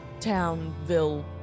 Townville